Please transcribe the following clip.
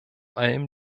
allem